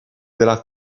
della